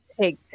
take